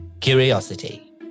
curiosity